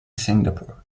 singapore